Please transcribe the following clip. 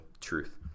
truth